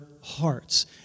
hearts